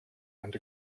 and